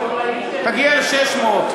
תגיע ל-600.